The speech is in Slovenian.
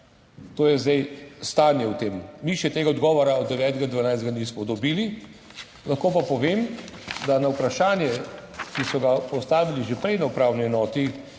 To je zdaj stanje glede tega. Mi še tega odgovora od 9. 12. nismo dobili. Lahko pa povem, da na vprašanje, ki so ga postavili že prej na upravni enoti